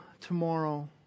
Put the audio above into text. tomorrow